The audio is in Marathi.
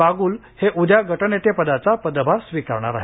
बाग्ल हे उद्या गटनेतेपदाचा पदभार स्वीकारणार आहेत